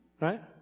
right